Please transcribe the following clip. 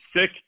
sick